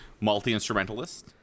multi-instrumentalist